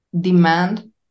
demand